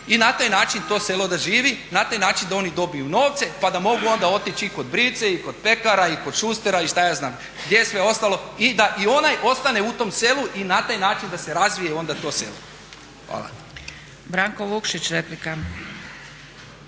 i na taj način to selo da živi, na taj način da oni dobiju novce pa da mogu onda otići kod brice i kod pekara i kod šustera i šta ja znam gdje sve ostalo i da i onaj ostane u tom selu i na taj način da se razvije onda to selo. Hvala. **Zgrebec, Dragica